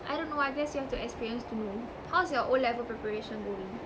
I don't know I guess you have to experience to know how is your O level preparation going